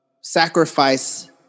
sacrifice